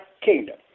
kingdom